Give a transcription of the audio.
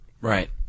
Right